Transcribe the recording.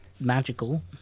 magical